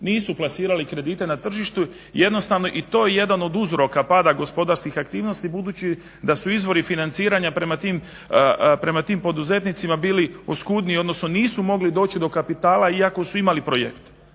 nisu plasirali kredite na tržištu jednostavno. I to je jedan od uzroka pada gospodarskih aktivnosti budući da su izvori financiranja prema tim poduzetnicima bili oskudniji, odnosno nisu mogli doći do kapitala iako su imali projekte.